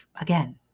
again